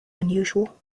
unusual